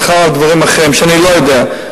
בכלל על דברים אחרים שאני לא יודע.